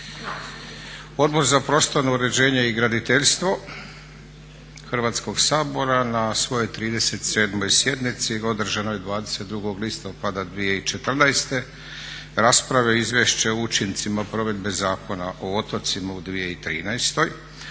Odbor za prostorno uređenje i graditeljstvo Hrvatskog sabora na svojoj 37.sjednici održanoj 22.listopada 2014. raspravio je izvješće o učincima provedbe Zakona o otocima u 2913.i